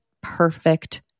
perfect